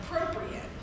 appropriate